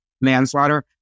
manslaughter